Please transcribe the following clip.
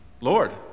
Lord